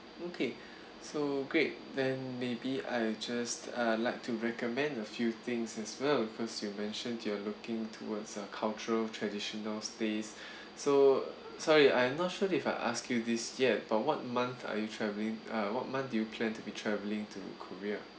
okay so great then maybe I just uh like to recommend a few things as well first you mentioned you're looking towards a cultural traditional stays so sorry I'm not sure if I ask you this yet but what month are you travelling uh what month you plan to be travelling to korea